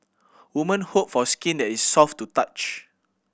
women hope for skin that is soft to the touch